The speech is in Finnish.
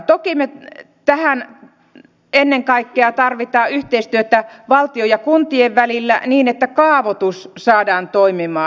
toki me tähän ennen kaikkea tarvitsemme yhteistyötä valtion ja kuntien välillä niin että kaavoitus saadaan toimimaan